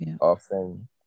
often